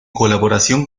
colaboración